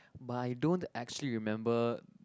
by don't actually remember